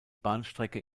bahnstrecke